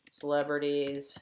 celebrities